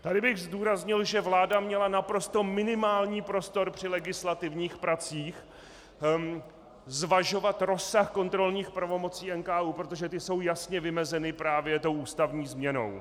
Tady bych zdůraznil, že vláda měla naprosto minimální prostor při legislativních pracích zvažovat rozsah kontrolních pravomocí NKÚ, protože ty jsou jasně vymezeny právě tou ústavní změnou.